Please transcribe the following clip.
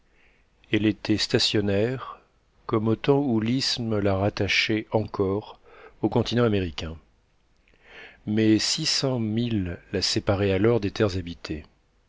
elle était stationnaire comme au temps où l'isthme la rattachait encore au continent américain mais six cents milles la séparaient alors des terres habitées